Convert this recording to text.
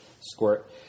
squirt